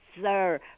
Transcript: Sir